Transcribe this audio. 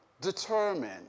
determine